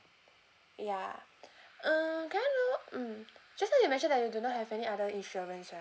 ya mm can I know mm just now you mention that you do not have any other insurance